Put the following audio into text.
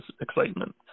excitement